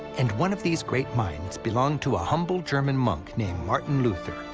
and one of these great minds belonged to a humble german monk named martin luther,